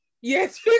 Yes